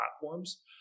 platforms